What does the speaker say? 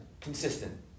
consistent